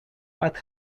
but